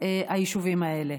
היישובים האלה.